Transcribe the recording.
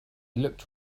looked